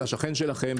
זה השכן שלכם,